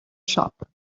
shop